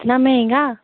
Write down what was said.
इतना महंगा